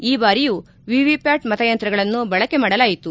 ಈ ಬಾರಿಯೂ ವಿವಿಪ್ಯಾಟ್ ಮತಯಂತ್ರಗಳನ್ನು ಬಳಕೆ ಮಾಡಲಾಯಿತು